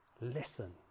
Listen